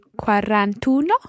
quarantuno